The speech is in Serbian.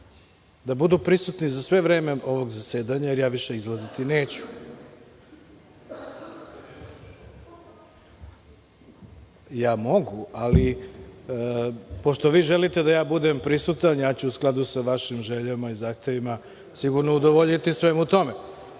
da budu prisutni za sve vreme ovog zasedanja, jer ja više izlaziti neću. Ja mogu, ali pošto vi želite da budem prisutan, ja ću u skladu sa vašim željama i zahtevima sigurno udovoljiti svemu